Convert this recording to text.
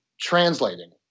translating